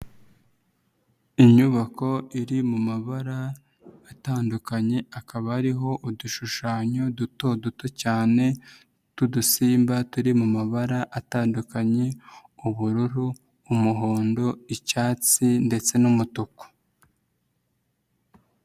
Inyubako iri mu mabara atandukanye akaba ariho udushushanyo dutoduto cyane, tw'udusimba turi mu mabara atandukanye, ubururu, umuhondo, icyatsi ndetse n'umutuku.